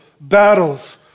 battles